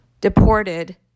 deported